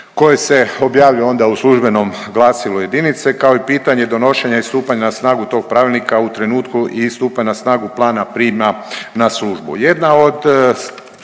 koje se objavljuje onda u službenom glasilu jedinice, kao i pitanje donošenja i stupanja na snagu tog pravilnika u trenutku i stupanja na snagu plana prima na službu.